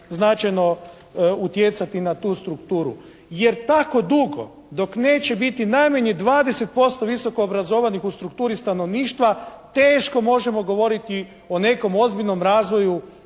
značajno utjecati na tu strukturu jer tako dugo dok neće biti najmanje 20% visoko obrazovnih u strukturi stanovništva teško možemo govoriti o nekom ozbiljnom razvoju